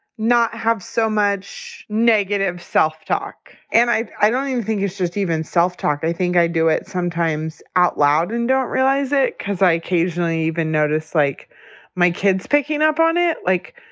not have so much negative self talk. and i i don't think it's just even self talk. i think i do it sometimes out loud and don't realize it because i occasionally even notice, like my kids picking up on it. like,